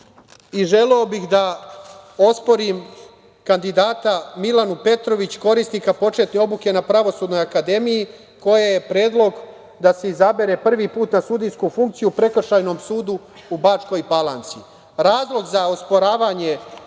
i želeo bih da osporim kandidata Milanu Petrović, korisnika početne obuke na Pravosudnoj akademiji, koja je predlog da se izabere prvi put na sudijsku funkciju u Prekršajnom sudu u Bačkoj Palanci. Razlog za osporavanje